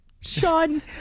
Sean